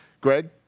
Greg